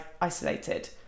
isolated